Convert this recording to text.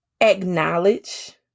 acknowledge